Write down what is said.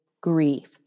grief